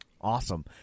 Awesome